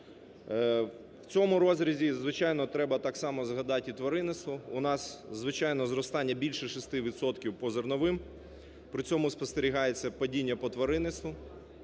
В цьому розрізі, звичайно, треба так само згадать і тваринництво, у нас, звичайно, зростання більше 6 відсотків по зерновим при цьому спостерігається падіння по тваринництву